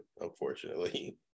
Unfortunately